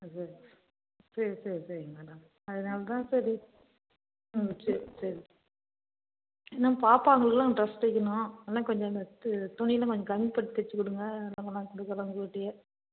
ஆ சரி சரி சரி சரிங்க மேடம் அதனால் தான் சரி ம் சரி சரி இன்னும் பாப்பாங்களுக்கெல்லாம் ட்ரெஸ் தைக்கணும் இன்னும் கொஞ்சம் நெக்ஸ்ட்டு துணிலாம் கொஞ்சம் கம்மி பண்ணி தைச்சு கொடுங்க நான் கொண்டாந்து கொடுக்குறேன் உங்கக்கிட்டேயே